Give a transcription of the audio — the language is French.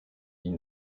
ils